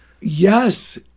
Yes